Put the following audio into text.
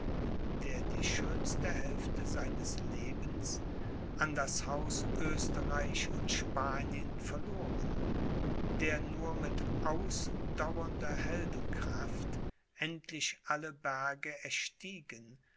der die schönste hälfte seines lebens an das haus oesterreich und spanien verloren der nur mit ausdauernder heldenkraft endlich alle berge erstiegen